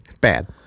Bad